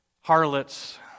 harlots